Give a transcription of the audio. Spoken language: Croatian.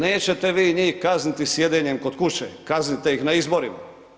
Nećete vi njih kazniti sjedenjem kod kuće, kaznit te ih na izborima.